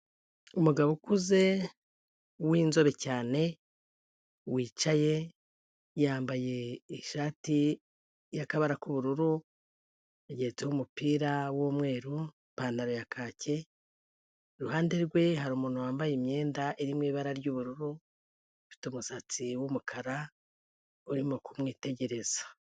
Umugabo ukuze w'inzobe cyane wicaye, yambaye ishati y'akabara k'ubururu, yageretseho umupira w'umweru, ipantaro ya kaki, iruhande rwe hari umuntu wambaye imyenda iri mu ibara ry'ubururu, ufite umusatsi w'umukara urimo kumwitegereza.